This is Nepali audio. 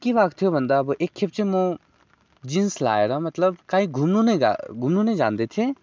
के भएको थियो भन्दा अब एक खेप चाहिँ म जिन्स लाएर मतलब कहीँ घुम्नु नै गा घुम्नु नै जाँदैथिएँ